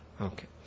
Okay